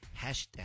hashtag